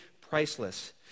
priceless